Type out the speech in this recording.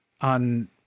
on